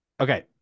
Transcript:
okay